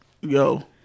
yo